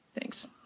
Thanks